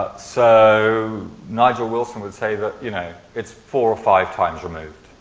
so, nigel wilson would say that you know, it's four or five times removed.